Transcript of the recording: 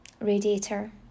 radiator